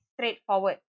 straightforward